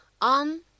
on